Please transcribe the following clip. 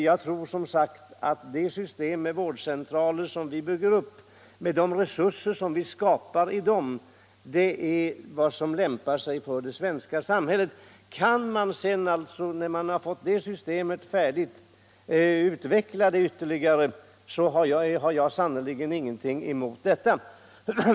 Jag tror som sagt att det system med vårdcentraler som vi bygger upp och de resurser som vi skapar genom dem är vad som lämpar sig för det svenska samhället. Kan man sedan, när man har fått det systemet färdigt, utveckla det ytterligare, har jag ingenting emot detta.